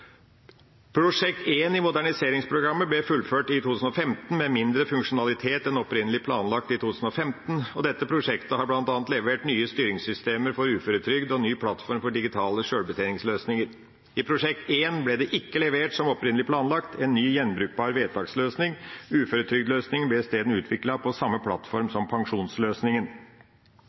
Prosjekt 1 i Moderniseringsprogrammet ble fullført i 2015, med mindre funksjonalitet enn opprinnelig planlagt i 2015. Dette prosjektet har bl.a. levert nye styringssystemer for uføretrygd og ny plattform for digitale sjølbetjeningsløsninger. I Prosjekt 1 ble det ikke levert en ny, gjenbrukbar vedtaksløsning, som opprinnelig planlagt. Uføretrygdløsningen ble isteden utviklet på samme plattform som pensjonsløsningen.